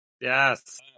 Yes